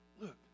Look